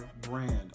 brand